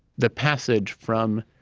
the passage from